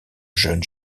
jeune